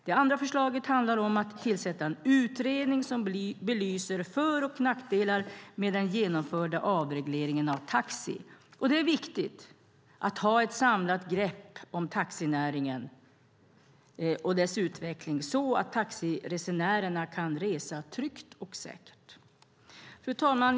Det andra förslaget handlar om att tillsätta en utredning som belyser för och nackdelar med den genomförda avregleringen av taxi. Det är viktigt att ha ett samlat grepp om taxinäringen och dess utveckling så att taxiresenärerna kan resa tryggt och säkert. Fru talman!